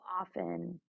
often